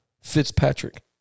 Fitzpatrick